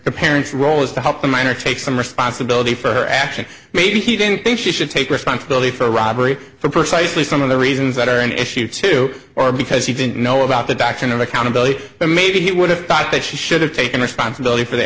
the parents role is to help the minor take some responsibility for her actions maybe he didn't think she should take responsibility for robbery for precisely some of the reasons that are an issue too or because he didn't know about the doctrine of accountability that maybe he would have thought that she should have taken responsibility for the